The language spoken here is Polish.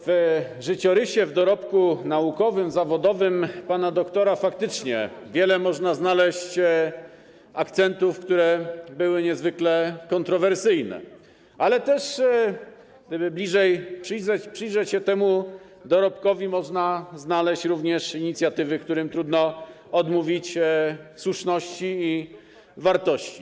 W życiorysie, w dorobku naukowym, zawodowym pana doktora faktycznie można znaleźć wiele akcentów, które były niezwykle kontrowersyjne, ale też gdyby bliżej przyjrzeć się temu dorobkowi, można znaleźć również inicjatywy, którym trudno odmówić słuszności i wartości.